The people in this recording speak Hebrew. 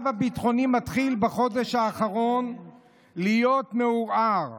בחודש האחרון המצב הביטחוני מתחיל להיות מעורער.